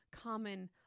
common